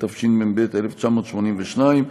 התשמ"ב 1982,